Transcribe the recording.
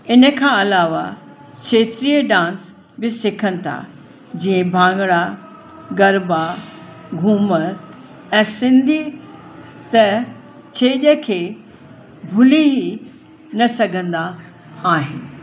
हिन खां अलावा खेत्रीअ डांस बि सिखनि था जीअं भांगड़ा गरबा घूमर ऐं सिंधी त छेॼ खे भुली ही न सघंदा आहिनि